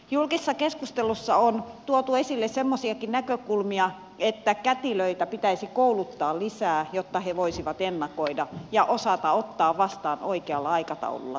julkisessa keskustelussa on tuotu esille semmoisiakin näkökulmia että kätilöitä pitäisi kouluttaa lisää jotta he voisivat ennakoida ja osata ottaa vastaan oikealla aikataululla synnyttäjät sairaalaan